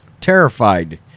Terrified